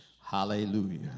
Hallelujah